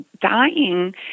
Dying